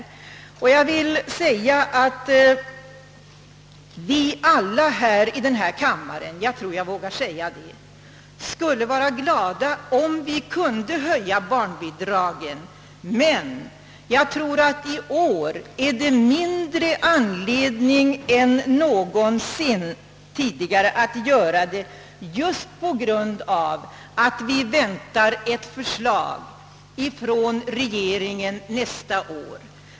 Jag tror att jag vågar säga, att vi alla i denna kammare skulle vara glada om vi kunde höja barnbidragen, men i år föreligger det mindre anledning än någonsin tidigare att göra det just på grund av att det kan förväntas ett förslag från regeringen nästa år.